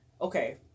okay